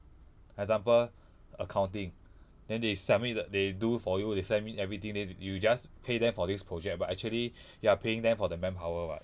example accounting then they send me the they do for you they send me everything then you just pay them for this project but actually they are paying them for the manpower [what]